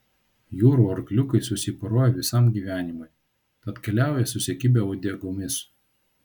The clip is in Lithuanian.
jūrų arkliukai susiporuoja visam gyvenimui tad keliauja susikibę uodegomis